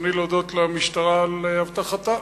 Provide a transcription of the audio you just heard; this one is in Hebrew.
ברצוני להודות למשטרה על אבטחתה.